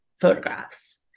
photographs